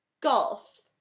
golf